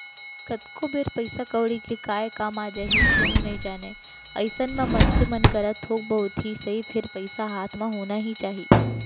कतको बेर पइसा कउड़ी के काय काम आ जाही कोनो नइ जानय अइसन म मनसे मन करा थोक बहुत ही सही फेर पइसा हाथ म होना ही चाही